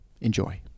Enjoy